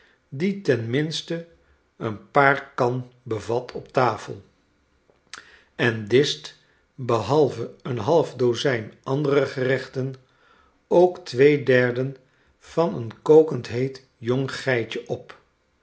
die ten minste een paarkan bevat op tafel en discht behalve een half dozijn andere gerechten ook twee derden van een kokend heet jong geitje op